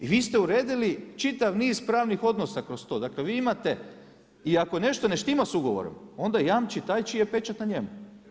I vi ste uredili čitav niz pravnih odnosa kroz to, dakle vi imate i ako nešto ne štima sa ugovorom, onda jamči taj čiji je pečat na njemu.